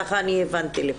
כך הבנתי.